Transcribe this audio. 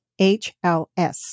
HLS